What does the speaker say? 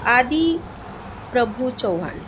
आदि प्रभु चौहान